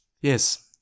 Yes